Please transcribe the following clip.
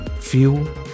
fuel